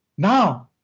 now,